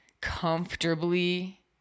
comfortably